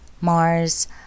Mars